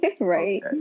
Right